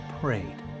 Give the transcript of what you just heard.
prayed